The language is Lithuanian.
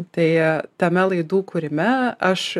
tai tame laidų kūrime aš